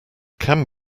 can